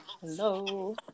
Hello